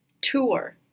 tour